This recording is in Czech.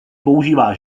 používá